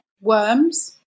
Worms